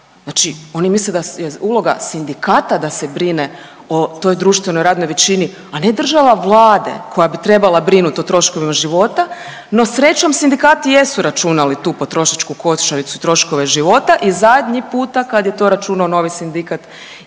Znači oni misle da je uloga sindikata da se brine o toj društvenoj radnoj većini, a ne država Vlade koja bi trebala brinuti o troškovima života, no srećom, sindikati jesu računali tu potrošačku košaricu, troškove života i zadnji puta kad je to računao novi sindikat i